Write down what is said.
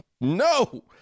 No